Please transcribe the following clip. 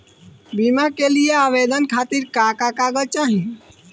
बीमा के लिए आवेदन खातिर का का कागज चाहि?